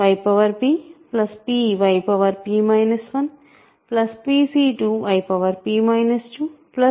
py ఉన్నది